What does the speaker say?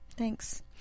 Thanks